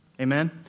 Amen